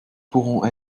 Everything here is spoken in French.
pourront